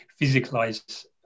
physicalize